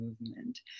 movement